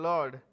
Lord